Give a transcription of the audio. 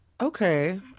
okay